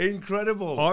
Incredible